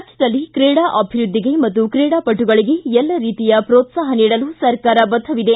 ರಾಜ್ಯದಲ್ಲಿ ಕ್ರೀಡಾ ಅಭಿವೃದ್ಧಿಗೆ ಮತ್ತು ಕ್ರೀಡಾಪಟುಗಳಿಗೆ ಎಲ್ಲ ರೀತಿಯ ಪ್ರೋತ್ಲಾಹ ನೀಡಲು ಸರ್ಕಾರ ಬದ್ಧವಿದೆ